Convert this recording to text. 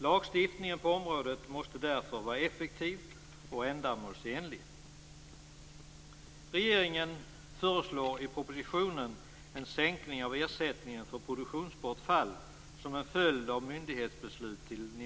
Lagstiftningen på området måste därför vara effektiv och ändamålsenlig.